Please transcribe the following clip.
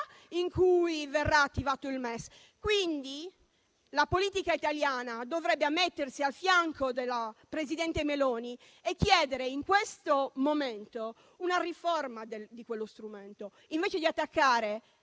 in cui verrà attivato il MES; la politica italiana dovrebbe mettersi al fianco del presidente Meloni e chiedere in questo momento una riforma di quello strumento, invece di attaccare